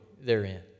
therein